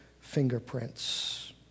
fingerprints